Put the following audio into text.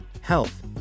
health